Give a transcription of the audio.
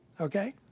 okay